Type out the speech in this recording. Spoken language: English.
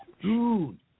dude